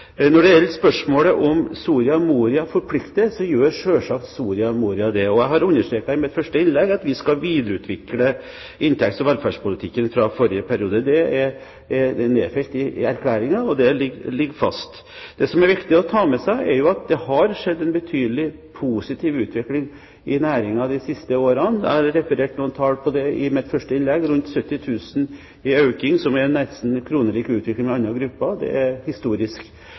Når det gjelder spørsmålet om Soria Moria forplikter, så gjør selvsagt Soria Moria det. Jeg understreket i mitt første innlegg at vi skal videreutvikle inntekts- og velferdspolitikken fra forrige periode. Det er nedfelt i erklæringen, og det ligger fast. Det som er viktig å ta med seg, er at det har skjedd en betydelig positiv utvikling i næringen de siste årene. Jeg refererte noen tall på det i mitt første innlegg, en økning på rundt 70 000 kr, som er en nesten kronelik utvikling med andre grupper. Det er historisk